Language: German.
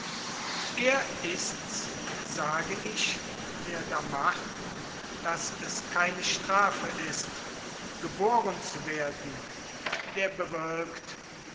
er ist's sage ich der da macht daß es keine strafe ist geboren zu werden der bewirkt